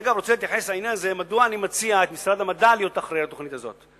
אני רוצה לומר מדוע אני מציע את משרד המדע להיות אחראי לתוכנית הזאת.